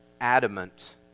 adamant